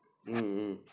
mm mm